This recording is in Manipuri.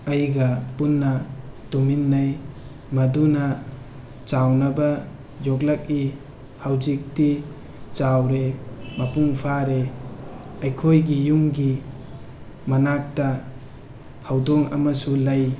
ꯑꯩꯒ ꯄꯨꯟꯅ ꯇꯨꯝꯃꯤꯟꯅꯩ ꯃꯗꯨꯅ ꯆꯥꯎꯅꯕ ꯌꯣꯛꯂꯛꯏ ꯍꯧꯖꯤꯛꯇꯤ ꯆꯥꯎꯔꯦ ꯃꯄꯨꯡ ꯐꯥꯔꯦ ꯑꯩꯈꯣꯏꯒꯤ ꯌꯨꯝꯒꯤ ꯃꯅꯥꯛꯇ ꯍꯧꯗꯣꯡ ꯑꯃꯁꯨ ꯂꯩ